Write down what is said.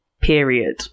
period